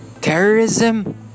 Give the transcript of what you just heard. Terrorism